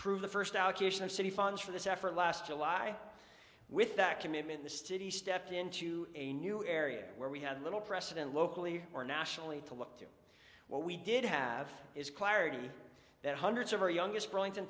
prove the first allocation of city funds for this effort last july with that commitment the city stepped into a new area where we had little precedent locally or nationally to look through what we did have is clarity that hundreds of our youngest brewington